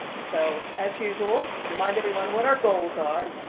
so as usual, remind everyone what our goals are.